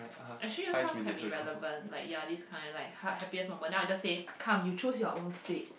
actually some can be relevant like ya this kind like ha~ happiest moment then I will just say come you choose your own fate